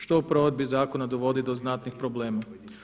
Što u provedbi zakona dovodi do znatnih problema.